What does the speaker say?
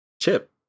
Chip